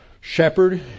Shepherd